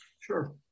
Sure